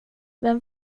vem